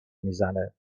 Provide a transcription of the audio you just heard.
میزنه